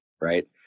right